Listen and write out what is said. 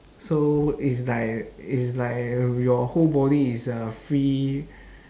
so it's like it's like uh your whole body is uh free